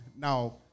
Now